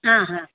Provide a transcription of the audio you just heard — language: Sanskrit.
आ हा